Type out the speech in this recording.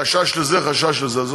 חשש לזה, חשש לזה.